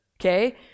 okay